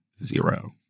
Zero